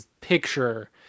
picture